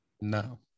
no